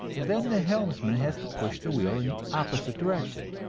then the helmsman has to push the wheel in the opposite direction.